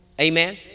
Amen